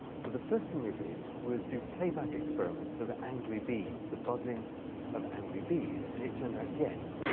so the first thing they did was do playback experiments of angry bees the buzzing of angry bees. and it turned out, yes,